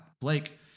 Blake